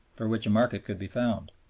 for which a market could be found.